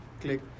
click